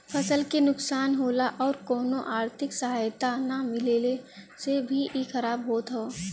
फसल के नुकसान होला आउर कउनो आर्थिक सहायता ना मिलले से भी इ खराब होत हौ